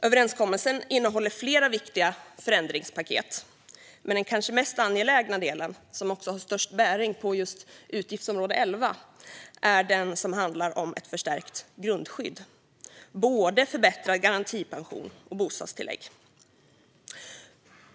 Överenskommelsen innehåller flera viktiga förändringspaket. Men den kanske mest angelägna delen, som också har störst bäring på utgiftsområde 11, är den som handlar om ett förstärkt grundskydd - både en förbättrad garantipension och ett förbättrat bostadstillägg.